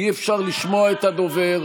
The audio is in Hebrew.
אי-אפשר לשמוע את הדובר.